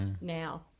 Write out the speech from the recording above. now